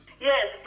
Yes